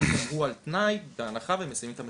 שלהם הוא על תנאי בהנחה והם מסיימים את המכינה.